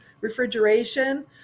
refrigeration